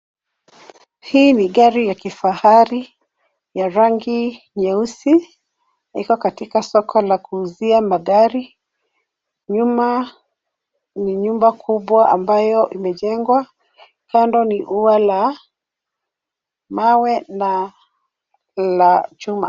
Hii ni gari ya kifahari ya rangi nyeusi na iko katika soko la kuuzia magari. Nyuma ni nyumba kubwa ambayo imejengwa. Kando ni ua la mawe na la chuma.